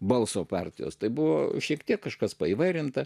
balso partijos tai buvo šiek tiek kažkas paįvairinta